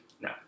No